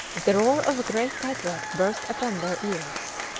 the roar of a great cataract burst upon their ears.